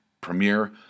premiere